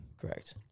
Correct